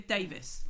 Davis